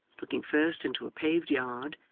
looking first into a paved yard,